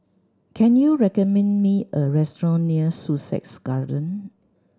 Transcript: can you recommend me a restaurant near Sussex Garden